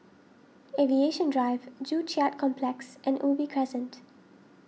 Aviation Drive Joo Chiat Complex and Ubi Crescent